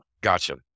Gotcha